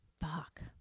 Fuck